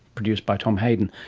produced by tom hayden,